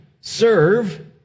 Serve